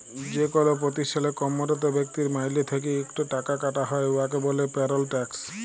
যেকল পতিষ্ঠালে কম্মরত ব্যক্তির মাইলে থ্যাইকে ইকট টাকা কাটা হ্যয় উয়াকে ব্যলে পেরল ট্যাক্স